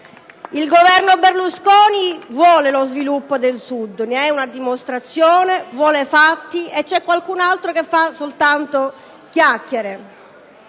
Il Governo Berlusconi vuole lo sviluppo del Sud e lo dimostra; vuole fatti, mentre c'è qualcun altro che fa soltanto chiacchiere.